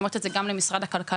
אני אומרת את זה גם למשרד הכלכלה.